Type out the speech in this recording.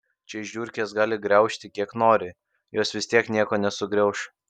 čia žiurkės gali graužti kiek nori jos vis tiek nieko nesugrauš